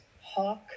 hawk